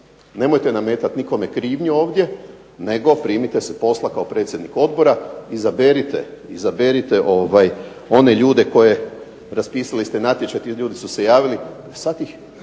nemojte nametati nikome krivnju ovdje, nego primite se posla kao predsjednik odbora. Izaberite one ljude koje raspisali ste natječaj, ti ljudi su se javili. Sad ih